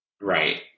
Right